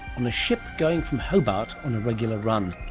on a ship going from hobart on a regular run.